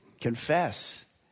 Confess